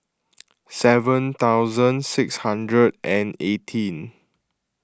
seven thousand six hundred and eighteen